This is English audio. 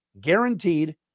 guaranteed